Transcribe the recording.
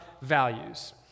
values